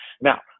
Now